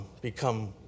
become